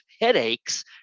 headaches